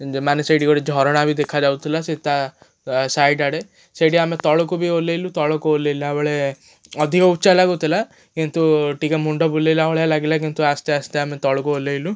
ମାନେ ସେଇଠି ଗୋଟେ ଝରଣା ବି ଦେଖାଯାଉଥିଲା ସେ ତା' ସାଇଡ଼୍ ଆଡ଼େ ସେଇଠି ଆମେ ତଳକୁ ବି ଓହ୍ଲାଇଲୁ ତଳକୁ ଓହ୍ଲାଇବା ବେଳେ ଅଧିକ ଉଚ୍ଚା ଲାଗୁଥିଲା କିନ୍ତୁ ଟିକେ ମୁଣ୍ଡ ବୁଲାଇଲା ଭଳିଆ ଲାଗିଲା କିନ୍ତୁ ଆସ୍ତେ ଆସ୍ତେ ଆମେ ତଳକୁ ଓହ୍ଲାଇଲୁ